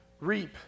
reap